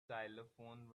xylophone